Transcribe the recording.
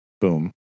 Boom